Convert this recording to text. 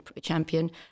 champion